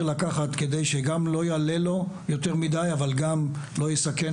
לקחת כדי שגם לא יעלה לו יותר מידי אבל גם לא יסכן